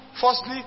Firstly